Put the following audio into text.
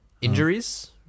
Injuries